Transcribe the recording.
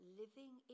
living